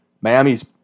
Miami's